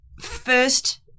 first